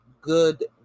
good